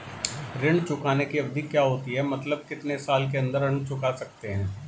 ऋण चुकाने की अवधि क्या होती है मतलब कितने साल के अंदर ऋण चुका सकते हैं?